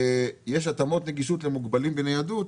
ויש התאמות נגישות למוגבלים בניידות,